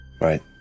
Right